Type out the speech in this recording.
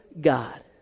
God